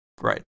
Right